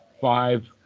five